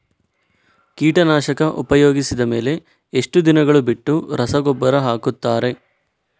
ಕೀಟನಾಶಕ ಉಪಯೋಗಿಸಿದ ಮೇಲೆ ಎಷ್ಟು ದಿನಗಳು ಬಿಟ್ಟು ರಸಗೊಬ್ಬರ ಹಾಕುತ್ತಾರೆ?